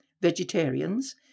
vegetarians